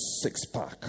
six-pack